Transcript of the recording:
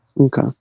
okay